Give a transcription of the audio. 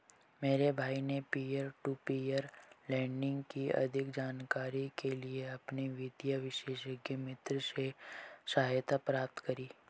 मेरे भाई ने पियर टू पियर लेंडिंग की अधिक जानकारी के लिए अपने वित्तीय विशेषज्ञ मित्र से सहायता प्राप्त करी